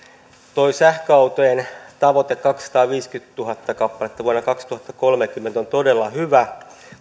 tuo sähköautojen tavoite kaksisataaviisikymmentätuhatta kappaletta vuonna kaksituhattakolmekymmentä on todella hyvä